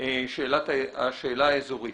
השאלה האזורית.